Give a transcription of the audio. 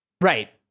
Right